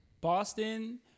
Boston